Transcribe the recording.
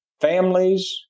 families